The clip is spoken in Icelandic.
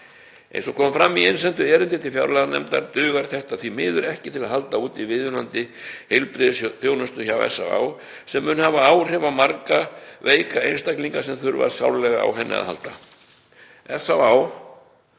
Eins og kom fram í innsendu erindi til fjárlaganefndar dugar þetta því miður ekki til að halda úti viðunandi heilbrigðisþjónustu hjá SÁÁ sem mun hafa áhrif á marga veika einstaklinga sem þurfa sárlega á henni að halda. SÁÁ